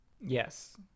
Yes